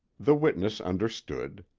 the witness understood.